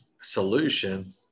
solution